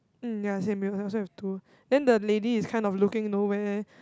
um ya same we also have two then the lady is kind of looking nowhere